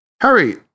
Harry